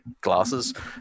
glasses